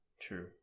true